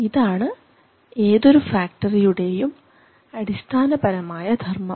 ഇതാണ് ഏതൊരു ഫാക്ടറിയുടെയും അടിസ്ഥാനപരമായ ധർമ്മം